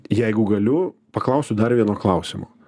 jeigu galiu paklausiu dar vieno klausimo